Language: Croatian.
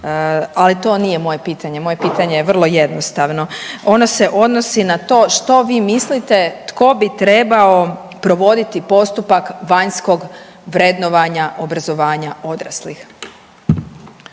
Ali to nije moje pitanje. Moje je pitanje vrlo jednostavno. Ono se odnosi na to što vi mislite tko bi trebao provoditi postupak vanjskog vrednovanja obrazovanja odraslih?